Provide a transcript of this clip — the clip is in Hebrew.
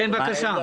בבקשה.